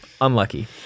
Unlucky